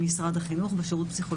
החינוך.